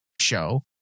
show